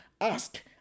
Ask